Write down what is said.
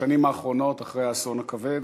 בשנים האחרונות, אחרי האסון הכבד,